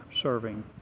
serving